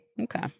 Okay